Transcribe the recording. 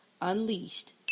unleashed